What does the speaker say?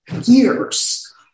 years